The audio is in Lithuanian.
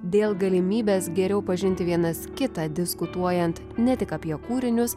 dėl galimybės geriau pažinti vienas kitą diskutuojant ne tik apie kūrinius